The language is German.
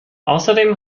außerdem